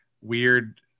weird